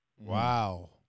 Wow